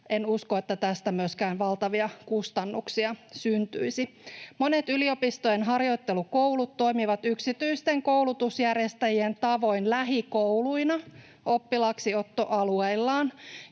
En usko, että tästä myöskään valtavia kustannuksia syntyisi. Monet yliopistojen harjoittelukoulut toimivat yksityisten koulutusjärjestäjien tavoin lähikouluina oppilaaksiottoalueillaan,